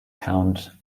count